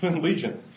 Legion